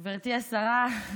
גברתי השרה,